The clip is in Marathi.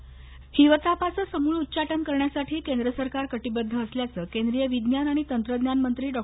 हर्षवर्धन हिवतापाचं समूळ उच्चटन करण्यासाठी केंद्र सरकार कटिबद्ध असल्याचं केंद्रीय विज्ञान आणि तंत्रज्ञान मंत्री डॉ